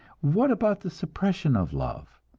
what about the suppression of love?